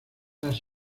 las